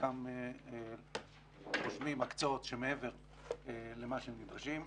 שבחלקם רושמים הקצאות מעבר למה שהם נדרשים,